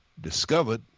discovered